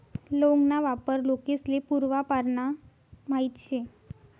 लौंग ना वापर लोकेस्ले पूर्वापारना माहित शे